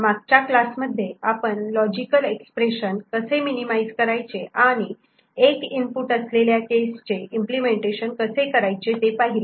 मागच्या क्लासमध्ये आपण लॉजिकल एक्सप्रेशन कसे मिनिमाईज करायचे आणि 1 इनपुट असलेल्या केसचे इम्पलेमेंटेशन कसे करायचे ते पाहिले